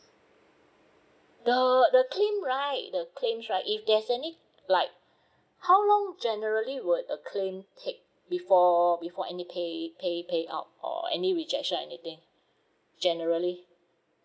the the thing right the claims right if there's any like how long generally would a claim take before before any pay pay payout or any rejection anything generally